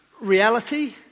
reality